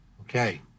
Okay